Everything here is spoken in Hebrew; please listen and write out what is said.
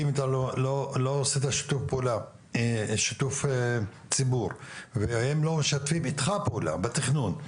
אם אתה לא עושה את שיתוף הציבור והם לא משתפים איתך פעולה בתכנון,